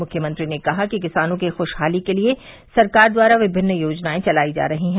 मुख्यमंत्री ने कहा कि किसानों की खुशहाली के लिये सरकार द्वारा विभिन्न योजनाएं चलाई जा रही है